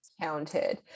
counted